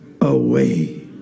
away